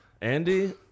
andy